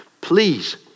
Please